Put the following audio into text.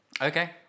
Okay